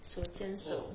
手牵手